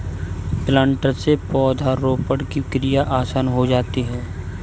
planter से पौधरोपण की क्रिया आसान हो जाती है